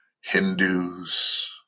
Hindus